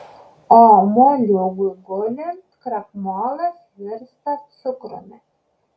o moliūgui gulint krakmolas virsta cukrumi